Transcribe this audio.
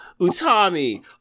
Utami